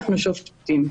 אנחנו שובתים,